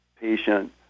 patient